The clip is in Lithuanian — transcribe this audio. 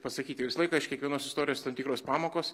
pasakyti visą laiką iš kiekvienos istorijos tam tikros pamokos